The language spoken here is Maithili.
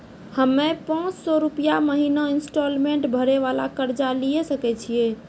हम्मय पांच सौ रुपिया महीना इंस्टॉलमेंट भरे वाला कर्जा लिये सकय छियै?